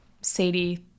Sadie